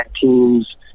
teams